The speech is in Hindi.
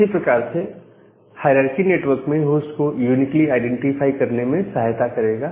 उसी प्रकार से हायरारकी नेटवर्क में होस्ट को यूनिकली आईडेंटिफाई करने में सहायता करेगा